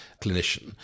clinician